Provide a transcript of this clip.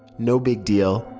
no big deal,